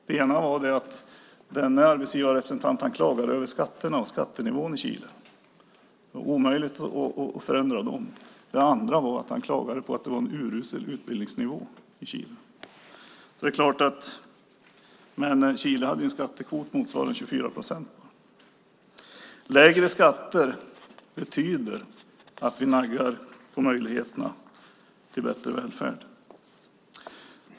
Det ena är att denne arbetsgivarrepresentant klagade över skatterna och skattenivån i Chile, att det var omöjligt att förändra dem. Det andra var att han klagade på att det var en urusel utbildningsnivå i Chile. Chile hade en skattekvot motsvarande 24 procent. Lägre skatter betyder att vi naggar på möjligheterna till bättre välfärd.